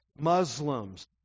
Muslims